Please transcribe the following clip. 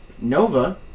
Nova